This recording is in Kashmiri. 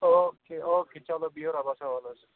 اوکے اوکے چلو بِہِو رۄبَس حوال حظ